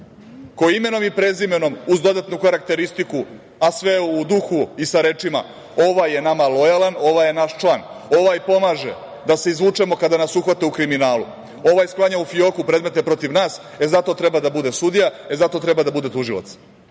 koji imenom i prezimenom uz dodatnu karakteristiku, a sve u duhu i sa rečima – ovaj je nama lojalan, ovaj je naš član, ovaj pomaže da se izvučemo kada nas uhvate u kriminalu, ovaj sklanja u fioku predmete protiv nas, e zato treba da bude sudija, e zato treba da bude tužilac.